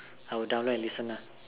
I will download and listen ah